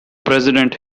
president